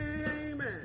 amen